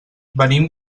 venim